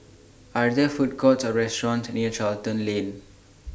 Are There Food Courts Or restaurants near Charlton Lane